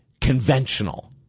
conventional